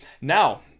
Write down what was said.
Now